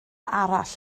arall